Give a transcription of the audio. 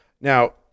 Now